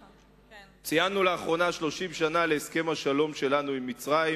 ציינו לאחרונה 30 שנה להסכם השלום שלנו עם מצרים,